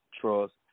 trust